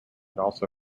also